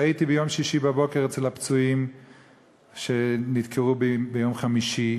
והייתי ביום שישי בבוקר אצל הפצועים שנדקרו ביום חמישי,